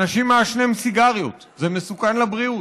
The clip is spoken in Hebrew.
אנשים מעשנים סיגריות, וזה מסוכן לבריאות.